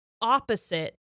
opposite